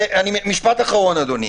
משפט אחרון, אדוני.